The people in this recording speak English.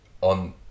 on